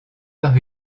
par